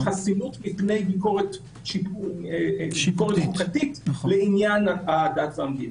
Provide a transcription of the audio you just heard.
חסינות מפני ביקורת חוקתית בעניין דת ומדינה.